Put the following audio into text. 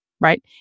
right